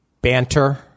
banter